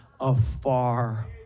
afar